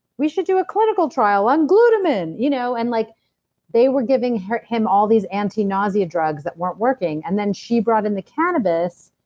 we should do a clinical trial on glutamine. you know and like they were giving him him all these anti-nausea drugs that weren't working. and then she brought in the cannabis,